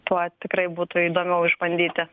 tuo tikrai būtų įdomiau išbandyti